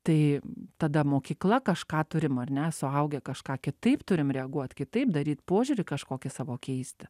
tai tada mokykla kažką turim ar ne suaugę kažką kitaip turim reaguot kitaip daryt požiūrį kažkokį savo keisti